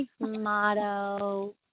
motto